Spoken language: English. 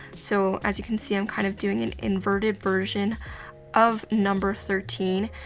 so, as you can see, i'm kind of doing an inverted version of number thirteen,